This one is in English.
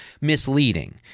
misleading